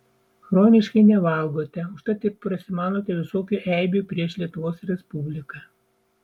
chroniškai nevalgote užtat ir prasimanote visokių eibių prieš lietuvos respubliką